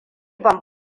ban